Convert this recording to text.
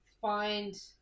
find